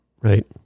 right